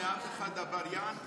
יהודה ושומרון לחיילות ולחיילים שלנו,